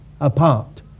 apart